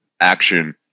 action